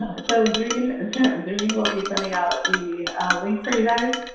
ah so zerreen zerreen will be sending out the link for you guys.